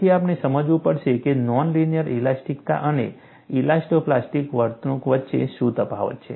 તેથી આપણે સમજવું પડશે કે નોન લિનિયર ઇલાસ્ટિકતા અને ઇલાસ્ટો પ્લાસ્ટિક વર્તણૂક વચ્ચે શું તફાવત છે